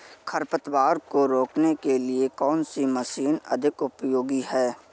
खरपतवार को रोकने के लिए कौन सी मशीन अधिक उपयोगी है?